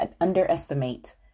underestimate